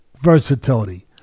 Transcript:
versatility